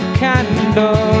candle